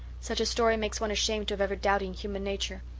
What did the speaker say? such a story makes one ashamed of ever doubting human nature.